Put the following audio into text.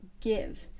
give